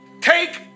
take